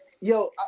yo